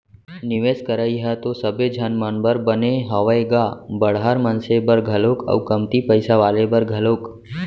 निवेस करई ह तो सबे झन मन बर बने हावय गा बड़हर मनसे बर घलोक अउ कमती पइसा वाले बर घलोक